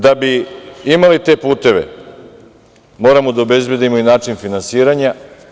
Da bi imali te puteve moramo da obezbedimo i način finansiranja.